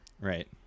right